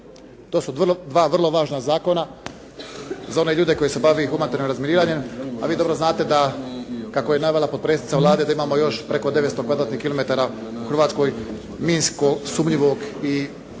To su dva vrlo važna zakona za one ljude koji se bave humanitarnim razminiranjem, a vi dobro znate kako je navela potpredsjednica Vlade da imamo još preko 900 kvadratnih kilometara u Hrvatskoj minskog sumnjivog i